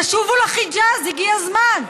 תשובו לחיג'אז, הגיע הזמן.